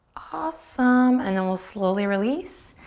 awesome and then we'll slowly release.